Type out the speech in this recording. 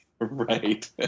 right